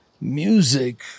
music